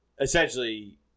essentially